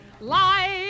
life